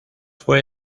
fue